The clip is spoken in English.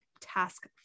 task